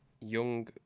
Young